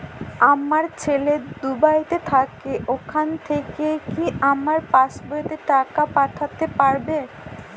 আমার ছেলে দুবাইতে থাকে ওখান থেকে কি আমার পাসবইতে টাকা পাঠাতে পারবে?